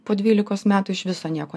po dvylikos metų iš viso nieko